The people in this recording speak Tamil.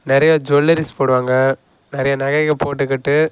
நிறையா ஜுவல்லரிஸ் போடுவாங்க நிறையா நகைங்கள் போட்டுக்கிட்டு